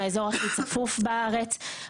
האזור הכי צפוף בארץ.